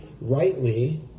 rightly